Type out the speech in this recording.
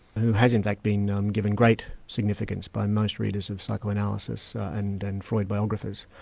who has in fact been um given great significance by most readers of psychoanalysis and and freud biographers,